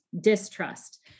distrust